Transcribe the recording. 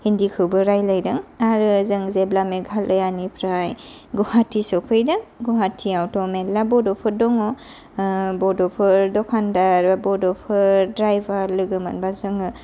हिन्दिखौबो रायलायदों आरो जों जेब्ला मेघालयानिफ्राय गुहाटि सौफैदों गुहाटियावथ' मेरला बड'फोर दङ बड'फोर दखानदार बड'फोर द्राइभार लोगो मोनबा जोङो